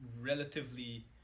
relatively